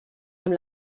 amb